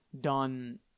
done